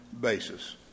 basis